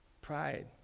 Pride